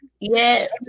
Yes